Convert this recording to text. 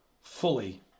fully